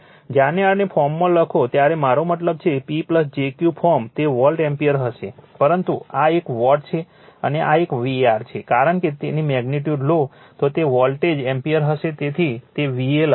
જ્યારે આને ફોર્મમાં લખો ત્યારે મારો મતલબ છે કે P jQ ફોર્મ તે વોલ્ટ એમ્પીયર હશે પરંતુ આ એક વોટ છે અને આ એક var છે કારણ કે જો તેની મેગ્નિટ્યુડ લો તો તે વોલ્ટ એમ્પીયર હશે તેથી જ VA લખો